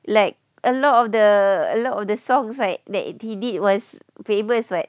like a lot of the a lot of the songs like that if he did was famous [what]